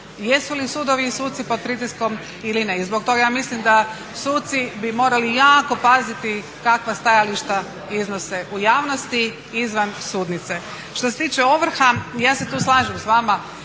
jesu li sudovi i suci pod pritiskom ili ne i zbog toga ja mislim da suci bi morali jako paziti kakva stajališta iznose u javnosti, izvan sudnice. Što se tiče ovrha, ja se tu slažem s vama,